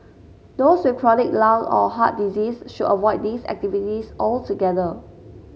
those with chronic lung or heart disease should avoid these activities altogether